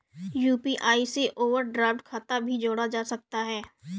UPI से overdraft खाता भी जोड़ा जा सकता है